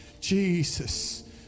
Jesus